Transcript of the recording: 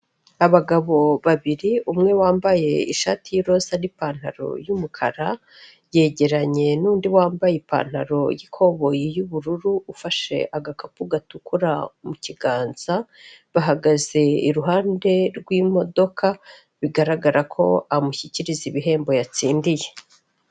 Abagabo babiri umwe wambaye ishati y'iroza n'ipantaro y'umukara, yegeranye n'undi wambaye ipantaro y'ikoboyi y'ubururu, ufashe agakapu gatukura mu kiganza, bahagaze iruhande rw'imodoka bigaragara ko amushyikiriza ibihembo yatsindiye.